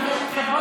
בבקשה, אדוני השר.